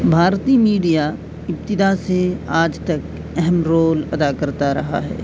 بھارتی میڈیا ابتدا سے آج تک اہم رول ادا کرتا رہا ہے